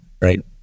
right